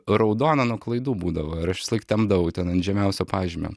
raudona nuo klaidų būdavo ir aš visąlaik tempdavau ten ant žemiausio pažymio